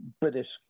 British